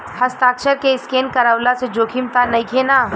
हस्ताक्षर के स्केन करवला से जोखिम त नइखे न?